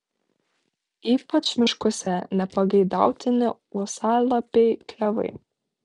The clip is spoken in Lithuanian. ypač miškuose nepageidautini uosialapiai klevai